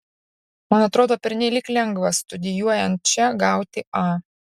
man atrodo pernelyg lengva studijuojant čia gauti a